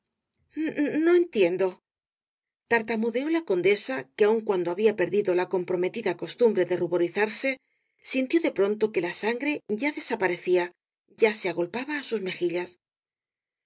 no entiendo tartamudeó la condesa que aun cuando había perdido la comprometida costumbre de ruborizarse sintió de pronto que la sangre ya desaparecía ya se agolpaba á sus mejillas